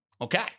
Okay